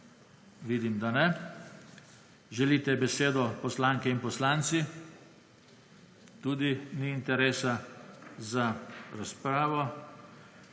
Vidim, da ne. Želite besedo poslanke in poslanci? Tudi ni interesa za razpravo.